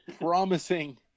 promising